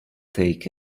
take